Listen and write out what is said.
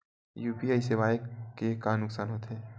UPI सेवाएं के का नुकसान हो थे?